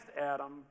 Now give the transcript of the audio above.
Adam